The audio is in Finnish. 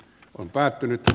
on päättynyt